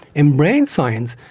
in brain science,